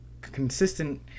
consistent